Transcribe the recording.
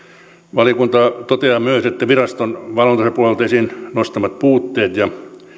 valiokunta toteaa myös että viraston valvontansa pohjalta esiin nostamat puutteet ja